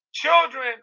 Children